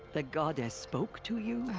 the goddess spoke to you?